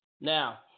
Now